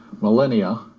millennia